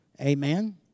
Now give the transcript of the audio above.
Amen